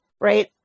right